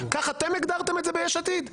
כך אתם הגדרתם את זה ביש עתיד.